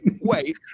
Wait